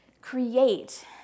Create